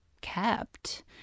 kept